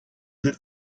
that